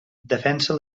defensa